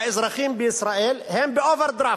מהאזרחים בישראל הם באוברדרפט?